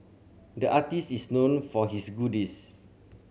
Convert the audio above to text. the artist is known for his